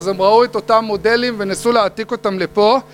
אז הם ראו את אותם מודלים וניסו להעתיק אותם לפה